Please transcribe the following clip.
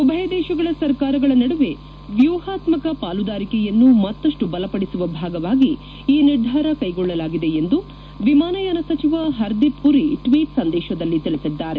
ಉಭಯ ದೇಶಗಳ ಸರ್ಕಾರಗಳ ನಡುವೆ ವ್ಲೂಹಾತ್ಕಕ ಪಾಲುದಾರಿಕೆಯನ್ನು ಮತ್ತಷ್ನು ಬಲಪಡಿಸುವ ಭಾಗವಾಗಿ ಈ ನಿರ್ಧಾರ ಕ್ಲೆಗೊಳ್ಳಲಾಗಿದೆ ಎಂದು ವಿಮಾನಯಾನ ಸಚಿವ ಹರ್ದೀಪ್ ಪುರಿ ಟ್ವೀಟ್ ಸಂದೇಶದಲ್ಲಿ ತಿಳಿಸಿದ್ದಾರೆ